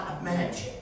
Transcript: imagine